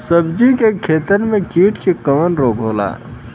सब्जी के खेतन में कीट से कवन रोग होला?